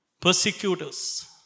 persecutors